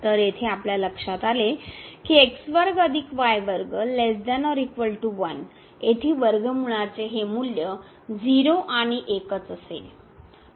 तर येथे आपल्या लक्षात आले की येथे वर्गमूळाचे हे मूल्य 0 आणि 1 च असेल